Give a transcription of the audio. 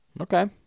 Okay